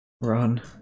Run